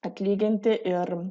atlyginti ir